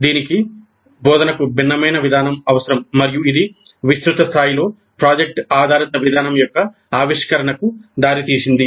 దీనికి బోధనకు భిన్నమైన విధానం అవసరం మరియు ఇది విస్తృత స్థాయిలో ప్రాజెక్ట్ ఆధారిత విధానం యొక్క ఆవిష్కరణకు దారితీసింది